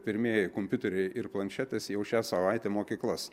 pirmieji kompiuteriai ir planšetės jau šią savaitę mokyklas